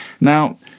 Now